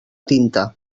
tinta